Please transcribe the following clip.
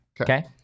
Okay